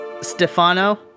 Stefano